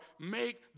make